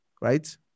Right